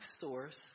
source